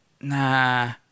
nah